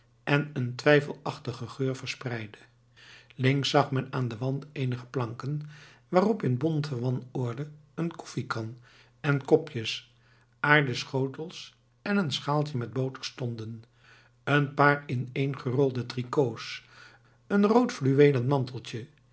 en een twijfelachtigen geur verspreidde links zag men aan den wand eenige planken waarop in bonte wanorde een koffiekan en kopjes aarden schotels en een schaaltje met boter stonden een paar ineengerolde tricots een roodfluweelen manteltje